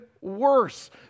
worse